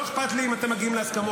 לא אכפת לי אם אתם מגיעים להסכמות.